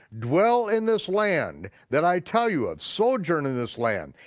dwell in this land that i tell you of, sojourn in this land.